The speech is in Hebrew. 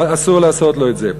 אסור לעשות לו את זה.